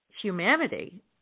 humanity